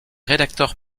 rédacteur